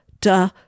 duh